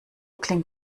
klingt